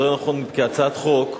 או יותר נכון כהצעת חוק,